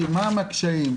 מהם הקשיים?